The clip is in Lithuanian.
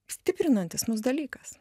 stiprinantis mus dalykas